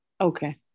Okay